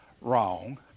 Wrong